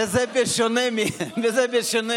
וזה בשונה מכולנו.